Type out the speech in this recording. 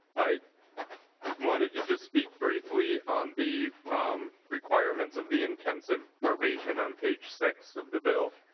i wanted to just speak briefly on the um requirements of the intensive probation on page six of the bill.